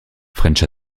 french